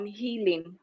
healing